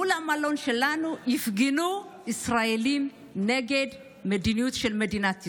מול המלון שלנו הפגינו ישראלים נגד המדיניות של מדינת ישראל.